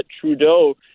Trudeau